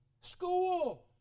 school